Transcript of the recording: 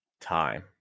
time